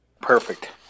Perfect